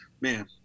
man